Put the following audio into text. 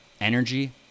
energy